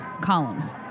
columns